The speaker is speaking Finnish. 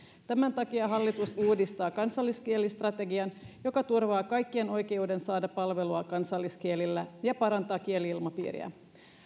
tämän takia hallitus uudistaa kansalliskielistrategian joka turvaa kaikkien oikeuden saada palvelua kansalliskielillä ja parantaa kieli ilmapiiriä